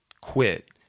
quit